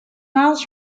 miles